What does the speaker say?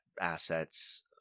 assets